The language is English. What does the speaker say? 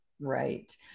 Right